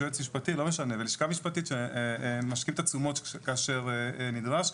יש יועץ משפטי ולשכה משפטית שמשקיעים תשומות כאשר נדרש.